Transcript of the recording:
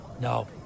No